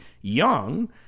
young